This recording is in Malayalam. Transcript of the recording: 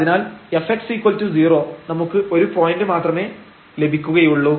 അതിനാൽ fx0 നമുക്ക് ഒരു പോയന്റ് മാത്രമേ ലഭിക്കുകയുള്ളൂ